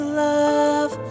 love